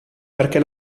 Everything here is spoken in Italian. perché